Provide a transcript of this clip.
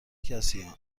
کسی